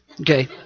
okay